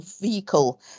vehicle